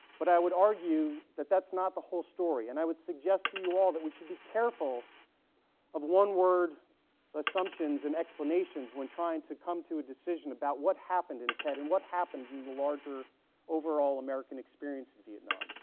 but i would argue that that's not the whole story and i would suggest to you all that we should be careful of one word assumptions and explanations when trying to come to a decision about what happened in tet and what happened and the larger overall american experience in vietnam.